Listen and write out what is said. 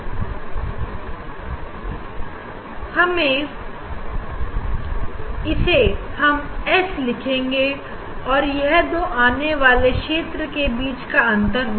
इसे हम एस लिखेंगे और यह दो आने वाले क्षेत्र के बीच का अंतर होगा